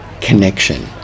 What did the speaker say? connection